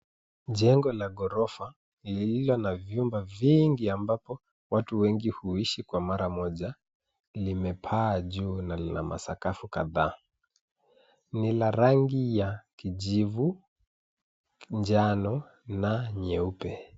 Jengo la ghorofa lililo na vyumba vingi ambapo watu wengi huishi kwa mara moja limepaa juu na lina masakafu kadhaa. Ni la rangi ya kijivu, njano na nyeupe.